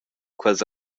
quels